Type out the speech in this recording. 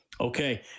Okay